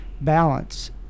balance